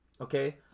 okay